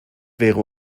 wäre